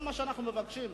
כל מה שאנחנו מבקשים,